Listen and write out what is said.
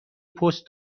پست